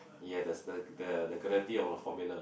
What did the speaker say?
ya there's the the the gravity on the formula